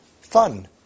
fun